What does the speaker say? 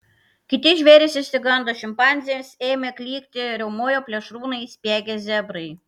kiti žvėrys išsigando šimpanzės ėmė klykti riaumojo plėšrūnai spiegė zebrai